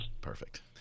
Perfect